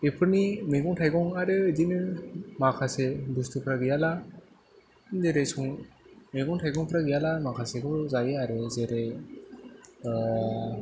बेफोरनि मैगं थाइगं आरो बिदिनो माखासे बुस्थुफ्रा गैयाब्ला जेरै संनो मैगं थाइगंफ्रा गैयाब्ला माखासेखौबो जायो आरो जेरै